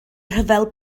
rhyfel